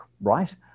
right